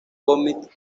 cómic